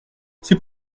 c’est